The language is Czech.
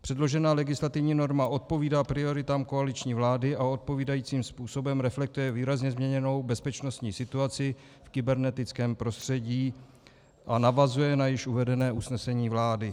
Předložená legislativní norma odpovídá prioritám koaliční vlády a odpovídajícím způsobem reflektuje výrazně změněnou bezpečnostní situaci v kybernetickém prostředí a navazuje na již uvedené usnesení vlády.